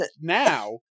now